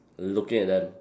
looking at them